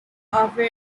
offer